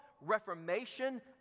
reformation